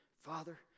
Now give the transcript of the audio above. Father